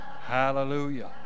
Hallelujah